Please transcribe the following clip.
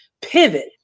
pivot